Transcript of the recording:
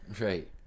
right